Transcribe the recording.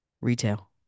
Retail